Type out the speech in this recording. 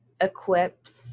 equips